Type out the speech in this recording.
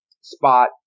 spot